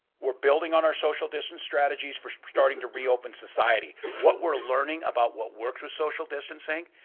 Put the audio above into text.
we're building on our social distance strategies for starting to reopen society. what we're learning about what works with social distancing,